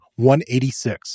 186